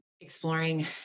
exploring